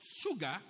sugar